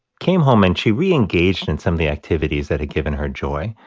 came home, and she reengaged in some of the activities that had given her joy.